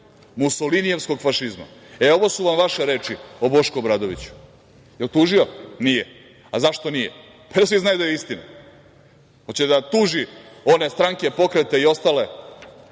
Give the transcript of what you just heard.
musolinijevskog fašizma. Ovo su vam vaše reči o Bošku Obradoviću. Da li je tužio? Nije. Zašto nije? Svi znaju da je istina. Hoće da tuži one stranke pokreta i ostale